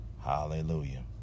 Hallelujah